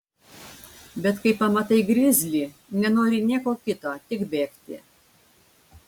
bet kai pamatai grizlį nenori nieko kito tik bėgti